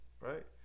right